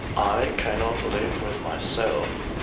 i cannot live with myself.